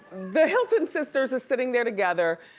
the hilton sisters are sitting there together,